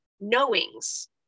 knowings